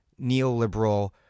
neoliberal